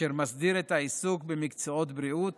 אשר מסדיר את העיסוק במקצועות בריאות